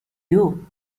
you